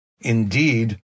Indeed